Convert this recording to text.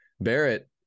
Barrett